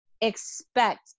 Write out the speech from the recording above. expect